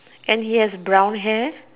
and he has brown hair